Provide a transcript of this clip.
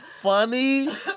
funny